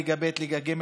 ליגה ב' וליגה ג'.